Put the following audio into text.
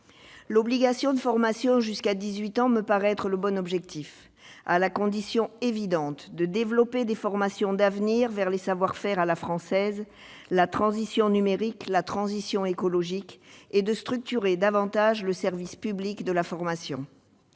L'obligation de formation jusqu'à 18 ans me paraît être le bon objectif, à la condition évidente de développer les formations d'avenir vers les savoir-faire à la française, la transition numérique, la transition écologique, et de structurer davantage le service public de la formation.